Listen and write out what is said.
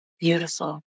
Beautiful